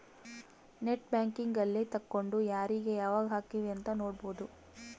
net banking ಅಲ್ಲೆ ತೆಕ್ಕೊಂಡು ಯಾರೀಗ ಯಾವಾಗ ಹಕಿವ್ ಅಂತ ನೋಡ್ಬೊದು